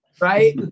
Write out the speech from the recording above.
right